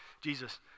Jesus